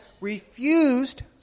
refused